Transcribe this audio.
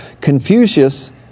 Confucius